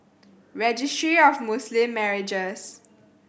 Registry of Muslim Marriages